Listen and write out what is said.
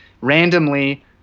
randomly